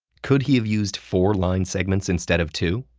could he have used four line segments instead of two?